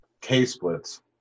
K-splits